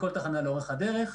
בכל תקנה לאורך הדרך,